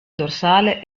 dorsale